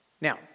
Now